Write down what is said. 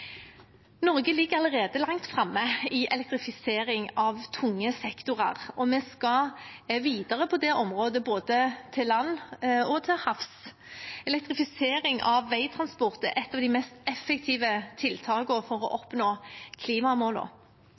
Norge ligger allerede langt framme i elektrifisering av tunge sektorer, og vi skal videre på det området både på land og til havs. Elektrifisering av veitransport er et av de mest effektive tiltakene for å oppnå